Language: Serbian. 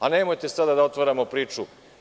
Nemojte sada da otvaramo priču.